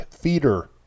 feeder